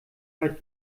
weit